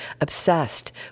obsessed